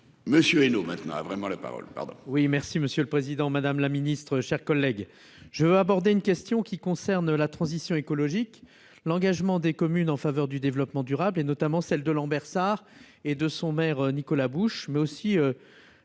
Monsieur maintenant a vraiment la parole